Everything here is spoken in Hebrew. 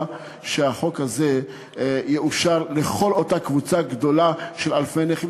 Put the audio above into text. שהחוק הזה יאושר לגבי כל אותה קבוצה גדולה של אלפי נכים,